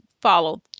follow